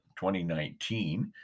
2019